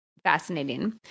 fascinating